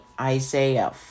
Isaiah